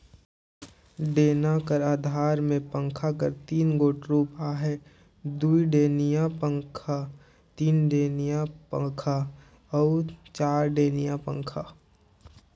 डेना कर अधार मे पंखा कर तीन गोट रूप अहे दुईडेनिया पखा, तीनडेनिया पखा अउ चरडेनिया पखा